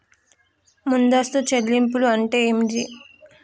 ముందస్తు చెల్లింపులు అంటే ఏమిటి?